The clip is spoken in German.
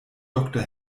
doktor